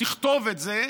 תכתוב את זה,